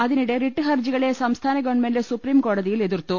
അതിനിടെ റിട്ട് ഹർജികളെ സംസ്ഥാന ഗവൺമെന്റ് സൂപ്രീംകോടതിയിൽ എതിർത്തു